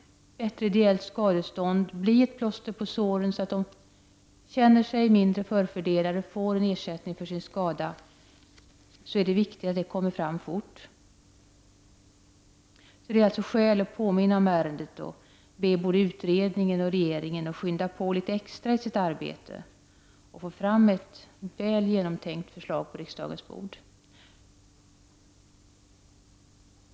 Ett ideellt skadestånd kan utgöra ett plåster på såren och få dem att känna sig mindre förfördelade. Därför är det viktigt att vi fattar beslut om ett sådant så fort som möjligt. Det finns alltså skäl att påminna om detta ärende och be både utredningen och regeringen att påskynda sitt arbete. Därefter kan ett väl genomtänkt förslag läggas på riksdagens bord.